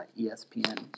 ESPN